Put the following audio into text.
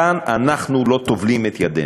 כאן אנחנו לא טובלים את ידינו.